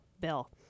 bill